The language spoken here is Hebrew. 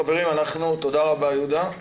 תודה רבה, יהודה.